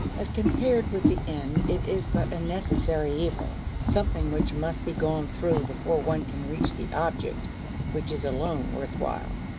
as compared with the end it is but a necessary evil something which must be gone through before one can reach the object which is alone worth while.